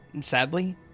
sadly